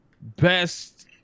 Best